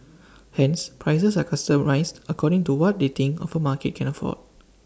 hence prices are customised according to what they think of A market can afford